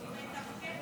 סליחה.